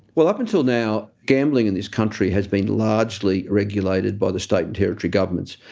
well, up until now, gambling in this country has been largely regulated by the state and territory governments.